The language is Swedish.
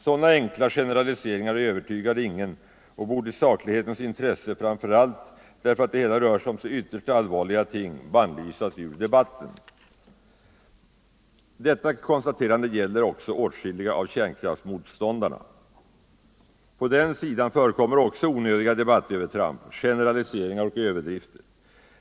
Sådana enkla generaliseringar övertygar ingen och borde i saklighetens intresse — framför allt därför att det rör sig om så ytterst allvarliga ting — bannlysas ur debatten. Detta konstaterande gäller också åtskilliga av kärnkraftsmotståndarna. På den sidan förekommer också onödiga debattövertramp, generaliseringar och överdrifter.